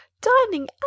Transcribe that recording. Dining